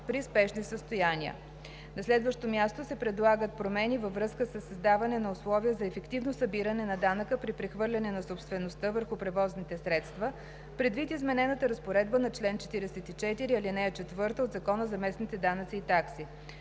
при спешни състояния. На следващо място се предлагат промени във връзка със създаване на условия за ефективно събиране на данъка при прехвърляне на собствеността върху превозните средства, предвид изменената разпоредба на чл. 44, ал. 4 от Закона за местните данъци и такси.